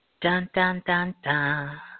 dun-dun-dun-dun